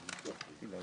תודה רבה.